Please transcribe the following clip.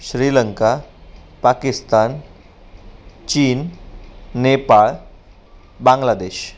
श्रीलंका पाकिस्तान चीन नेपाळ बांग्लादेश